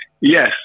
Yes